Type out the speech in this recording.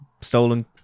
stolen